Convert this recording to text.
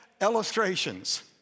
illustrations